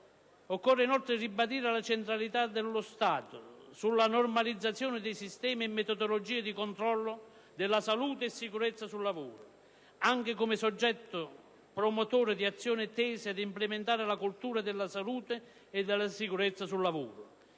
Occorre ribadire la centralità dello Stato sulla normalizzazione dei sistemi e metodologie di controllo della salute e sicurezza sul lavoro, anche come soggetto promotore di azioni tese ad implementare la cultura della salute e della sicurezza sul lavoro,